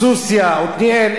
סוסיא, עותניאל.